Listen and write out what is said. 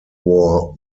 war